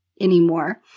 anymore